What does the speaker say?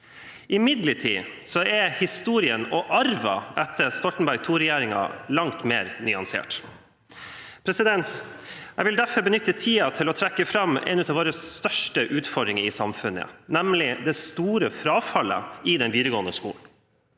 i Norge. Historien og arven etter Stoltenberg II-regjeringen er imidlertid langt mer nyansert. Jeg vil derfor benytte tiden til å trekke fram en av våre største utfordringer i samfunnet, nemlig det store frafallet i den videregående skolen.